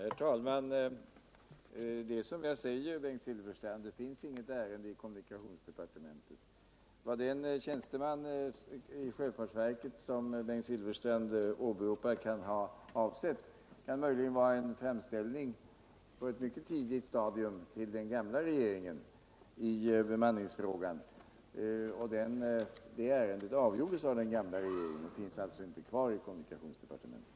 Herr talman! Det är som jag säger, Bengt Silfverstrand. Det finns inget ärende i kommunikationsdepartementet. Vad den tjänsteman 1 sjöfartsverket som Bengt Silfverstrand åberopade kan ha avsett var möjligen en framställning i bemanningsfrågan som gjordes på et mycket tidigt stadium tillden förra regeringen. Det ärendet avgjordes av den förra regeringen, så det finns alltså inte kvar i kommunikationsdepartementet.